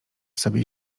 sobie